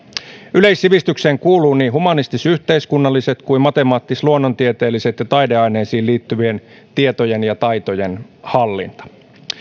yleissivistykseen kuuluu niin humanistis yhteiskunnallisiin kuin matemaattis luonnontieteellisiin ja taideaineisiin liittyvien tietojen ja taitojen hallinta